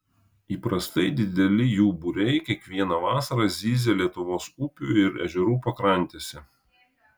įprastai dideli jų būriai kiekvieną vasarą zyzia lietuvos upių ir ežerų pakrantėse